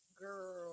Girl